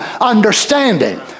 understanding